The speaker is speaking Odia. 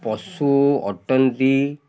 ପଶୁ ଅଟନ୍ତି